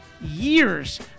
Years